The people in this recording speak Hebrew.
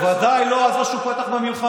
בוודאי לא על זה שהוא פתח במלחמה.